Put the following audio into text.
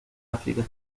áfrica